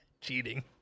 Cheating